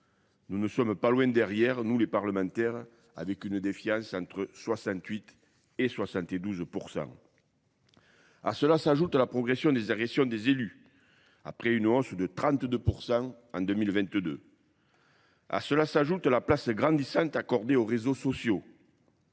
Nous ne sommes pas loin derrière, nous les parlementaires, avec une défiance entre 68 et 72 %. À cela s'ajoute la progression des agressions des élus, après une hausse de 32 % en 2022. À cela s'ajoute la place grandissante accordée aux réseaux sociaux.